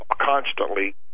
constantly